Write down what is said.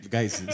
Guys